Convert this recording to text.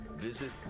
visit